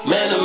Man